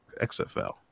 XFL